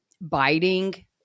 biting